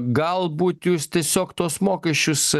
galbūt jūs tiesiog tuos mokesčius